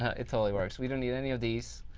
it totally works. we don't need any of these.